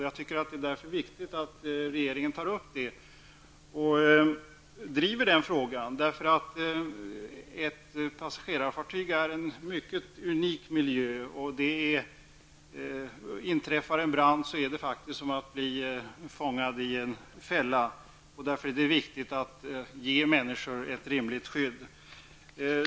Jag tycker därför att det är viktigt att regeringen tar upp det och driver den frågan. Ett passagerarfartyg är en mycket unik miljö. Inträffar en brand är det faktiskt som att bli fångad i en fälla. Därför är det viktigt att ge människor ett rimligt skydd.